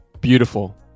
Beautiful